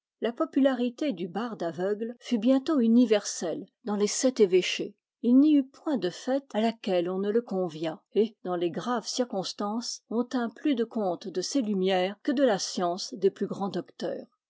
la popularité du barde aveugle fut bientôt universelle dans les sept évêchés il n'y eut point de fête à laquelle on ne le conviât et dans les graves circonstances on tint plus de compte de ses lumières que de la science des plus grands docteurs